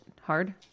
hard